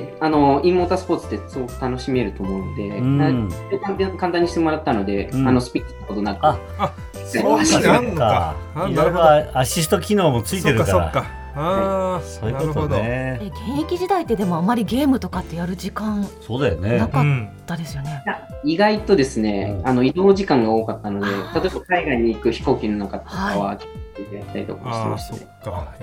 あの、インモータースポーツってすごく楽しめると思うので、うん。な、簡単にしてもらったので、うん。あの、スピッチのことなく。うん。あ、あ、はい。 そうなんだ。そうかそうか。あ、なるほど。いろいろアシスト機能もついてるから。そっかそっか。あー、はい。そういうことなるほど。ね。え、現役時代ってでもあまりゲームとかってやる時間そうだよね。なかったですよね？うん。いや、意外とですね、うん。あの、移動時間が多かったので、あー。例えば海外に行く飛行機の中とかはい。は、やったりとかもしてましたね。あー、そっか。